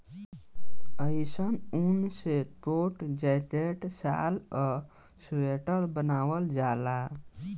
अइसन ऊन से कोट, जैकेट, शाल आ स्वेटर बनावल जाला